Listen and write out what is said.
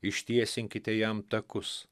ištiesinkite jam takus